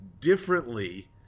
differently